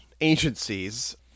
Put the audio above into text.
agencies